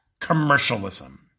commercialism